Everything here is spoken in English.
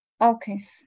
Okay